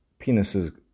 penises